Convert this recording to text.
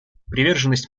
приверженность